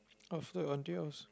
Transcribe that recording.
after until house